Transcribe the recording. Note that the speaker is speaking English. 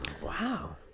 Wow